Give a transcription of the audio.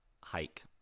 hike